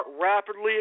rapidly